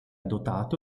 dotato